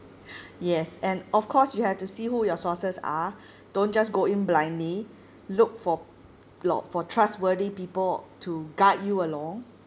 yes and of course you have to see who your sources are don't just go in blindly look for for for trustworthy people to guide you along